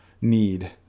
need